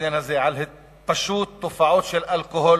פשוט תופעות של אלכוהול